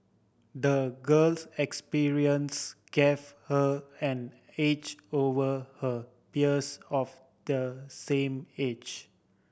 the girl's experience gave her an edge over her peers of the same age